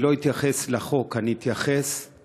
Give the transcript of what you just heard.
אני לא אתייחס לחוק, אני אדבר על